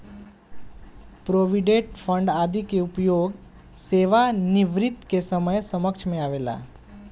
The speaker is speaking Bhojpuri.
प्रोविडेंट फंड आदि के उपयोग सेवानिवृत्ति के समय समझ में आवेला